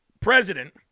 president